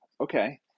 Okay